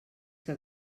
que